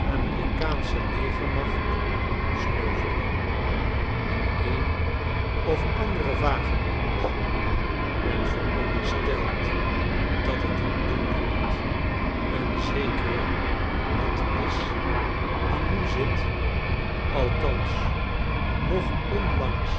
amerikaansche legerm acht sneuvelde de een of andere vagebond men veronderstelt dat het een deugniet een zekere lett is die nu zit althans nog onlangs